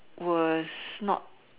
was not